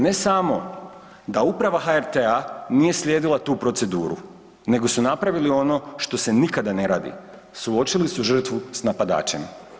Ne samo da uprava HRT-a nije slijedila tu proceduru nego su napravili ono što se nikada ne radi, suočili su žrtvu s napadačem.